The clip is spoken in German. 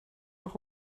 auch